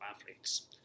athletes